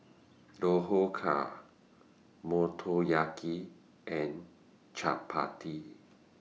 Dhokla Motoyaki and Chapati